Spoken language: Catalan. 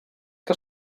que